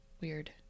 Weird